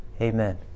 Amen